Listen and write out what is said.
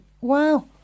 Wow